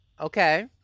okay